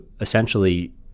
essentially